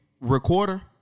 recorder